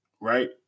Right